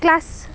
class